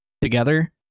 together